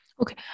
Okay